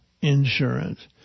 Insurance